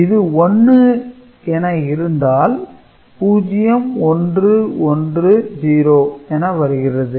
இது 1 என இருந்தால் 0110 என வருகிறது